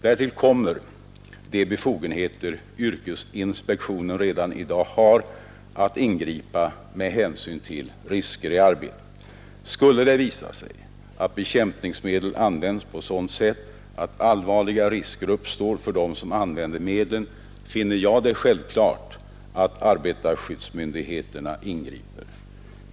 Därtill kommer de befogenheter yrkesinspektionen redan i dag har att ingripa med hänsyn till risker i arbetet. Skulle det visa sig att bekämpningsmedel används på sådant sätt att allvarliga risker uppstår för dem som handhar medlen, finner jag det självklart att arbetarskyddsmyndigheterna ingriper.